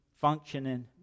functioning